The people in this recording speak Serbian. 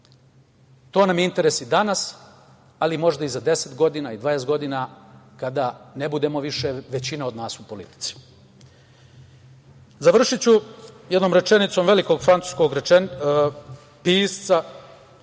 To nam je interes i danas, ali možda i za deset, dvadeset godina, kada ne bude većina od nas u politici. Završiću jednom rečenicom velikog francuskog pisca.